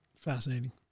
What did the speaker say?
Fascinating